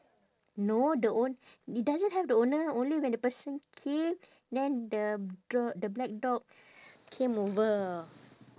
no the own~ it doesn't have the owner only when the person came then the girl the black dog came over